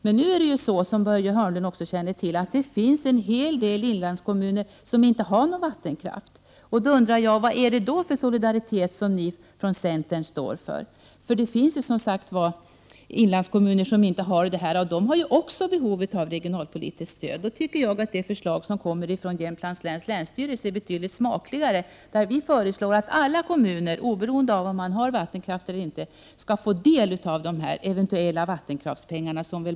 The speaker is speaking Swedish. Men, som Börje Hörnlund också känner till, finns det en hel del inlandskommuner som inte har någon vattenkraft. Då undrar jag vad det är för solidaritet som ni från centern står för. Det finns som sagt inlandskommuner som inte har vattenkraft men också de har behov av regionalpolitiskt stöd. Då tycker jag att det förslag som kommer från Jämtlands län länsstyrelse är betydligt smakligare. Vi föreslår att alla kommuner, oberoende av om man har vattenkraft eller inte, skall få del av eventuella vattenkraftspengar.